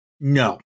No